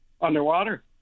Underwater